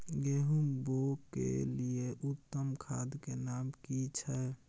गेहूं बोअ के लिये उत्तम खाद के नाम की छै?